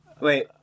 Wait